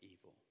evil